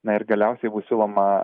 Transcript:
na ir galiausiai bus siūloma